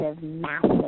massive